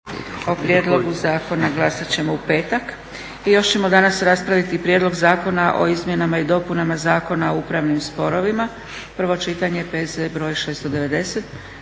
**Zgrebec, Dragica (SDP)** I još ćemo danas raspraviti: - Prijedlog zakona o izmjenama i dopunama Zakona o upravnim sporovima, prvo čitanje, P.Z. br. 690